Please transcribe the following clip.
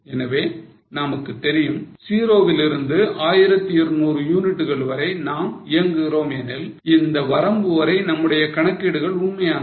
எனவே நமக்குத் தெரியும் 0 வில் இருந்து 1200 யூனிட்டுகள் வரை நாம் இயக்குகிறோம் எனில் இந்த வரம்பு வரை நம்முடைய கணக்கீடுகள் உண்மையானவை